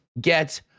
get